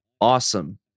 awesome